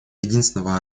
единственного